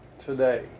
today